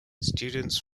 students